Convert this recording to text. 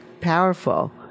powerful